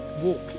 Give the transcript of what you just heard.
walk